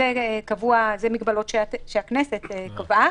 אלה מגבלות שהכנסת קבעה,